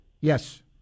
Yes